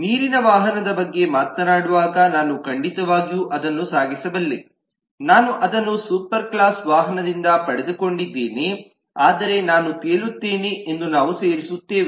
ನೀರಿನ ವಾಹನಗಳ ಬಗ್ಗೆ ಮಾತನಾಡುವಾಗನಾನು ಖಂಡಿತವಾಗಿಯೂ ಅದನ್ನು ಸಾಗಿಸಬಲ್ಲೆ ನಾನು ಅದನ್ನು ಸೂಪರ್ ಕ್ಲಾಸ್ ವಾಹನದಿಂದ ಪಡೆದುಕೊಂಡಿದ್ದೇನೆ ಆದರೆ ನಾನು ತೇಲುತ್ತೇನೆ ಎಂದು ನಾವು ಸೇರಿಸುತ್ತೇವೆ